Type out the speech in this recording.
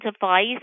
device